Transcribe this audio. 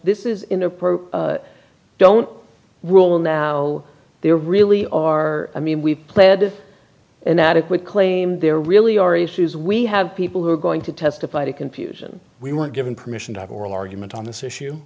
this is in approach don't rule now there really are i mean we've played an adequate claim there really are issues we have people who are going to testify to confusion we weren't given permission to have oral argument on this issue